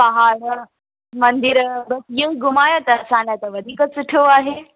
पहाड़ मंदर बसि इहो ई घुमायो त असां लाइ त वधीक सुठो आहे